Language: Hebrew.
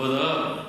כבוד הרב,